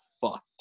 fucked